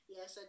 Yes